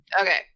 Okay